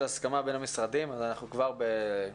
הסכמה בין המשרדים אז אנחנו כבר בהצלחה.